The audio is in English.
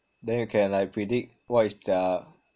then you can like predict what is their